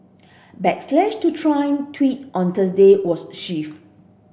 backlash to Trump tweet on Thursday was the